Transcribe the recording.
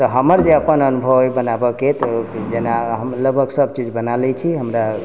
तऽ हमर जे अपन अनुभव अइ बनाबयके तऽ जेना हम लगभग सभचीज बना लैत छी हमरा